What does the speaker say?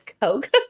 Coke